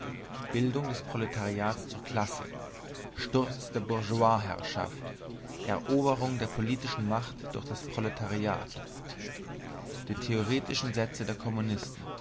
bildung des proletariats zur klasse sturz der bourgeoisherrschaft eroberung der politischen macht durch das proletariat die theoretischen sätze der kommunisten